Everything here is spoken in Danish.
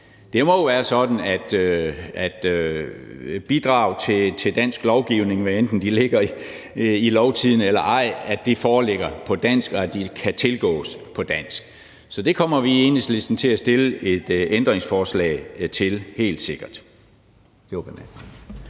Det må være sådan, at bidrag til dansk lovgivning, hvad enten de ligger i Lovtidende eller ej, foreligger på dansk, og at de kan tilgås på dansk. Så det kommer vi i Enhedslisten helt sikkert til at stille et ændringsforslag om. Det var